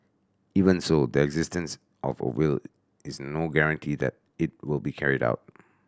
even so the existence of a will is no guarantee that it will be carried out